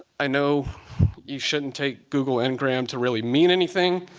i know you shouldn't take google ngram to really mean anything.